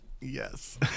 Yes